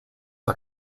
are